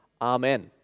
Amen